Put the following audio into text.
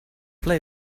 play